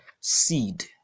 Seed